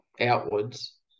outwards